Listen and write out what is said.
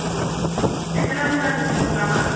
cycle आ मोजां मोजां दं नामा